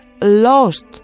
lost